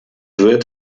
wird